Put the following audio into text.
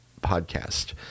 podcast